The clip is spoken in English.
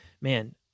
man